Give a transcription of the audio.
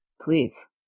Please